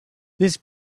this